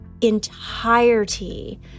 entirety